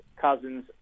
cousins